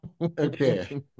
Okay